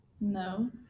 No